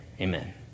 Amen